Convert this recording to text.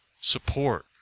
support